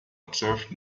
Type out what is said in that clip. observed